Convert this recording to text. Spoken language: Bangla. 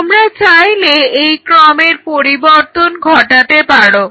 তোমরা চাইলে এই ক্রমের পরিবর্তন ঘটাতে পারো